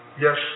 Yes